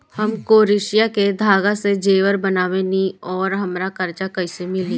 हम क्रोशिया के धागा से जेवर बनावेनी और हमरा कर्जा कइसे मिली?